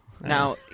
Now